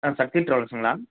ஆ சக்தி டிராவல்ஸுங்களா